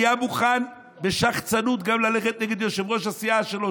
היה מוכן בשחצנות גם ללכת נגד יושב-ראש הסיעה שלו,